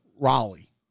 Raleigh